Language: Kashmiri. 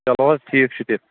چلو حظ ٹھیٖک چھُ تیٚلہِ